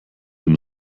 dem